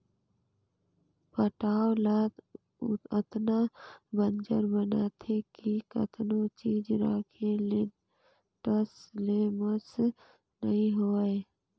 पटांव ल अतना बंजर बनाथे कि कतनो चीज राखे ले टस ले मस नइ होवय